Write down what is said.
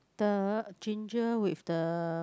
the ginger with the